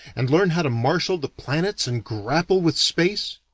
and learn how to marshal the planets and grapple with space?